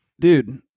dude